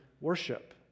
worship